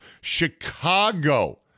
Chicago